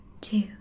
two